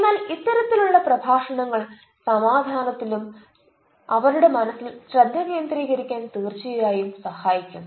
എന്നാൽ ഇത്തരത്തിലുള്ള പ്രഭാഷണങ്ങൾ സമാധാനത്തിലും സമാധാനത്തിലും അവരുടെ മനസ്സിൽ ശ്രദ്ധ കേന്ദ്രീകരിക്കാൻ തീർച്ചയായും സഹായിക്കും